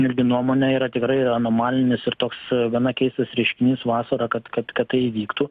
irgi nuomone yra tikrai anomalinis ir toks gana keistas reiškinys vasarą kad kad kad tai įvyktų